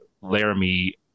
laramie